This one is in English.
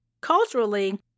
culturally